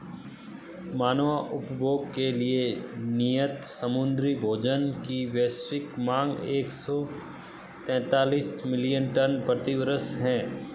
मानव उपभोग के लिए नियत समुद्री भोजन की वैश्विक मांग एक सौ तैंतालीस मिलियन टन प्रति वर्ष है